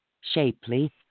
shapely